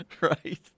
right